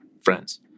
friends